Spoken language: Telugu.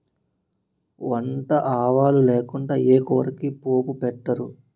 వంట ఆవాలు లేకుండా ఏ కూరకి పోపు పెట్టరు